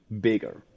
bigger